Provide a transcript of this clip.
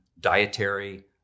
dietary